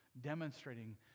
demonstrating